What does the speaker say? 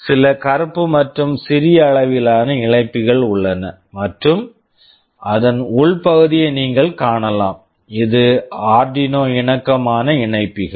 சில கருப்பு மற்றும் சிறிய அளவிலான இணைப்பிகள் உள்ளன மற்றும் அதன் உள் பகுதியை நீங்கள் காணலாம் இவை ஆர்டினோ Arduino இணக்கமான இணைப்பிகள்